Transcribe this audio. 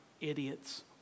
idiots